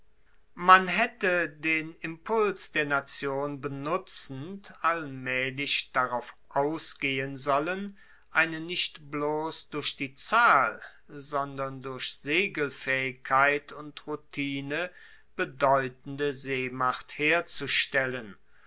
man haette den impuls der nation benutzend allmaehlich darauf ausgehen sollen eine nicht bloss durch die zahl sondern durch segelfaehigkeit und routine bedeutende seemacht herzustellen